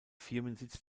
firmensitz